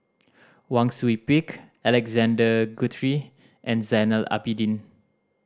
Wang Sui Pick Alexander Guthrie and Zainal Abidin